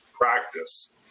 practice